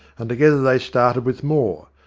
and together they started with more.